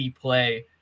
play